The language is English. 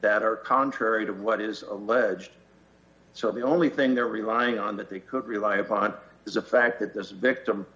that are contrary to what is alleged so the only thing they're relying on that they could rely upon is the fact that this victim